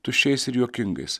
tuščiais ir juokingais